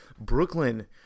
Brooklyn